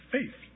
Faith